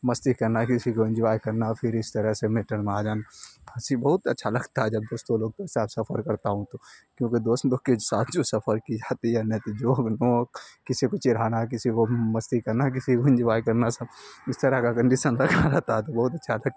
مستی کرنا کسی کو انجوائے کرنا پھر اس طرح سے میٹر میں آ جانا ہنسی بہت اچھا لگتا ہے جب دوستوں لوگ کے ساتھ سفر کرتا ہوں تو کیونکہ دوست لوگ کے ساتھ جو سفر کی جاتی ہے نئی تو جوک نوک کسی کو چڑھانا کسی کو مستی کرنا کسی کو انجوائے کرنا سب اس طرح کا کنڈیشن لگا رہتا ہے تو بہت اچھا لگتا